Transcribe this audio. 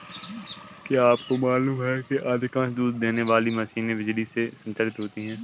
क्या आपको मालूम है कि अधिकांश दूध देने वाली मशीनें बिजली से संचालित होती हैं?